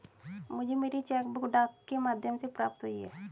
मुझे मेरी cheque book डाक के माध्यम से प्राप्त हुई है